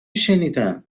شنیدم